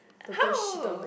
how